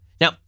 Now